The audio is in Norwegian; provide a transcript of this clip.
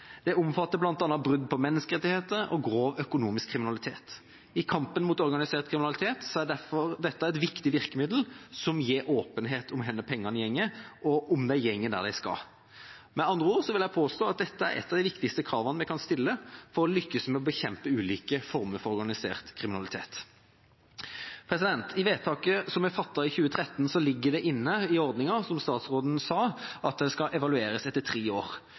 Det omfatter bl.a. brudd på menneskerettigheter og grov økonomisk kriminalitet. I kampen mot organisert kriminalitet er derfor dette et viktig virkemiddel som gir åpenhet om hvor pengene går, og om de går dit de skal. Med andre ord vil jeg påstå at dette er et av de viktigste kravene vi kan stille for å lykkes med å bekjempe ulike former for organisert kriminalitet. I vedtaket vi fattet i 2013, ligger det inne i ordninga, som statsråden sa, at den skal evalueres etter tre år.